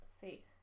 see